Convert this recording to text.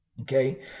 Okay